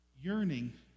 yearning